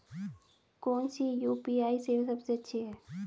कौन सी यू.पी.आई सेवा सबसे अच्छी है?